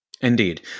Indeed